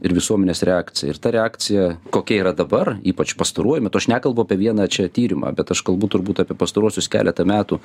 ir visuomenės reakcija ir ta reakcija kokia yra dabar ypač pastaruoju metu aš nekalbu apie vieną čia tyrimą bet aš kalbu turbūt apie pastaruosius keletą metų